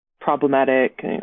problematic